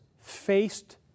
faced